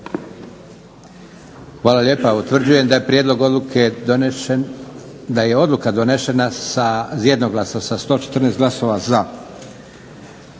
Hvala lijepa. Utvrđujem da je prijedlog odluke donesen, da je odluka donešena jednoglasno sa 114 glasova za